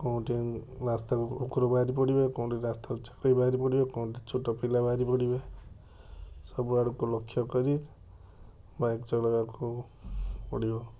କେଉଁଠି ରାସ୍ତାକୁ କୁକୁର ବାହାରି ପଡ଼ିବେ କେଉଁଠି ରାସ୍ତାକୁ ଛେଳି ବାହାରି ପଡ଼ିବେ କେଉଁଠି ଛୋଟ ପିଲା ବାହାରି ପଡ଼ିବେ ସବୁଆଡ଼କୁ ଲକ୍ଷ୍ୟ କରି ବାଇକ ଚଳେଇବାକୁ ପଡ଼ିବ